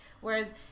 Whereas